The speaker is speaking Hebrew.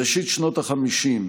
בראשית שנות החמישים,